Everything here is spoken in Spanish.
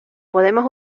podemos